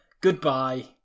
Goodbye